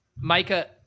Micah